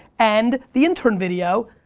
and the intern video,